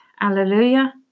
Alleluia